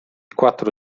quattro